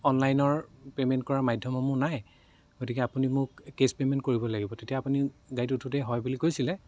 অনলাইনৰ পেমেণ্ট কৰা মাধ্য়মসমূহ নাই গতিকে আপুনি মোক কেছ পেমেণ্ট কৰিব লাগিব তেতিয়া আপুনি গাড়ীত উঠোঁতেই হয় বুলি কৈছিলে